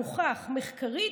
מוכח מחקרית,